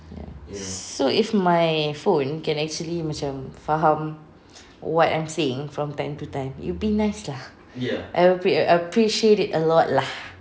ya so if my phone can actually macam faham what I'm saying from time to time it would be nice lah I would app~ I would appreciate it a lot lah